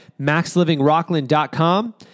maxlivingrockland.com